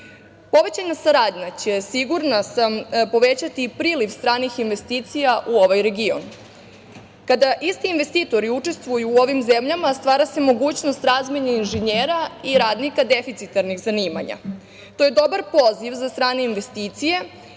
povećana saradnja povećati priliv stranih investicija u ovaj region. Kada isti investitori učestvuju u ovim zemljama stvara se mogućnost razmene inženjera i radnika deficitarnih zanimanja. To je dobar poziv za strane investicije